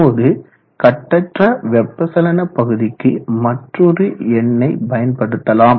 இப்போது கட்டற்ற வெப்பச்சலன பகுதிக்கு மற்றொரு எண்ணை பயன்படுத்தலாம்